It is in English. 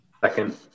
Second